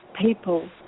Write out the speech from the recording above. people